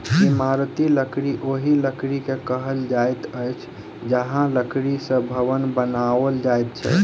इमारती लकड़ी ओहि लकड़ी के कहल जाइत अछि जाहि लकड़ी सॅ भवन बनाओल जाइत अछि